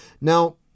Now